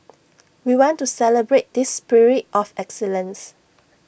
we want to celebrate this spirit of excellence